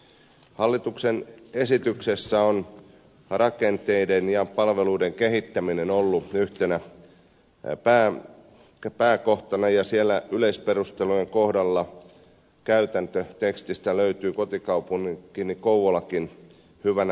hallituksen esityksessä on rakenteiden ja palveluiden kehittäminen ollut yhtenä pääkohtana ja yleisperustelujen kohdalla käytäntö tekstistä löytyy kotikaupunkini kouvolakin hyvänä esimerkkinä